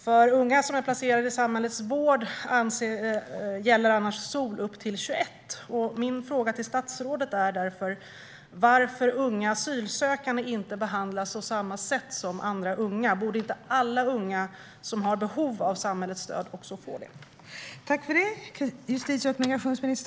För unga som är placerade i samhällets vård gäller annars SoL upp till 21. Varför behandlas inte unga asylsökande på samma sätt som andra unga? Borde inte alla unga som har behov av samhällets stöd också få det?